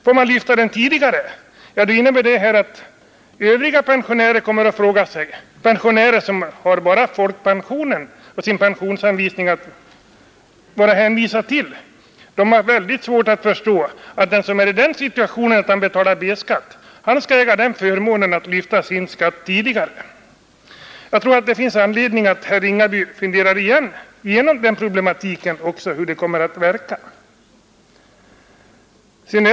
Får man lyfta den tidigare innebär det att övriga pensionärer — och pensionärer som bara är hänvisade till folkpensionen och sin pensionsanvisning — har mycket svårt att förstå att den som är i en sådan situation att han betalar B-skatt skall äga förmånen att lyfta sin pension tidigare. Jag tror att det finns anledning för herr Ringaby att fundera igenom hur det kommer att verka.